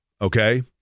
okay